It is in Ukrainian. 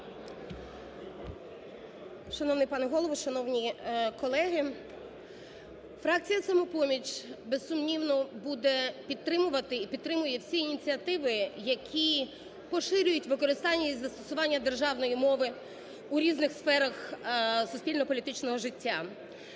Шановний пане Голово, шановні колеги! Фракція "Самопоміч", безсумнівно, буде підтримувати і підтримує всі ініціативи, які поширюють використання і застосування державної мови у різних сферах суспільно-політичного життя.